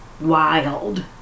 wild